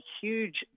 huge